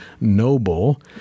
noble